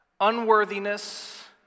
unworthiness